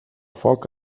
foc